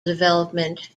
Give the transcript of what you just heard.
development